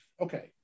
okay